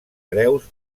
hereus